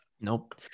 Nope